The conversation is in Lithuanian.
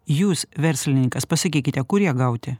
jūs verslininkas pasakykite kur ją gauti